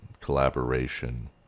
collaboration